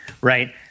Right